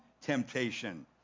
temptation